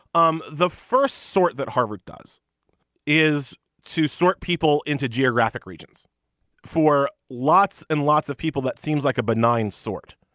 um the first sort that harvard does is to sort people into geographic regions for lots and lots of people that seems like a benign sort.